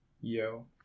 Yo